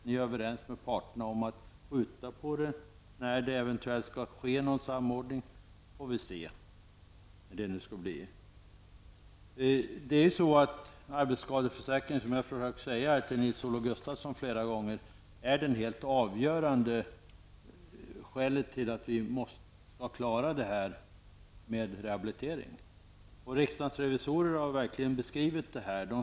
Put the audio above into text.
Ni är överens med berörda parter om att frågan skall skjutas på framtiden. Det återstår alltså att se när en eventuell samordning kommer till stånd. Arbetsskadeförsäkringen, och det har jag flera gånger försökt klargöra för Nils-Olof Gustafsson, är helt avgörande när det gäller att klara rehabiliteringen. Riksdagens revisorer har verkligen beskrivit förhållandena.